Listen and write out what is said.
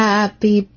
Happy